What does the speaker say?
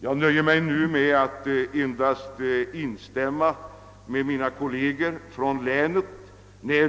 Jag nöjer mig nu med att instämma med mina kolleger från länet nä.